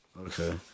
Okay